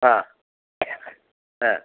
ಹಾಂ ಹಾಂ